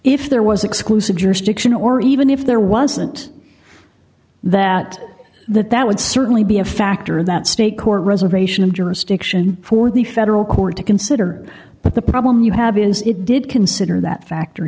if there was exclusive jurisdiction or even if there wasn't that that that would certainly be a factor in that state court reservation and jurisdiction for the federal court to consider but the problem you have is it did consider that factor